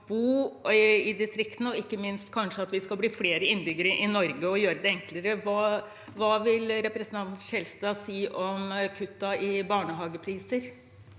at vi skal bli flere innbyggere i Norge, og gjøre det enklere. Hva vil representanten Skjelstad si om kuttene i barnehagepriser?